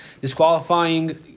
disqualifying